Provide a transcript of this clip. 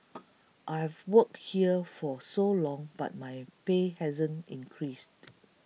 I've worked here for so long but my pay hasn't increased